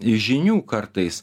žinių kartais